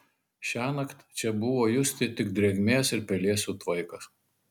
šiąnakt čia buvo justi tik drėgmės ir pelėsių tvaikas